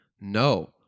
No